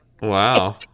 Wow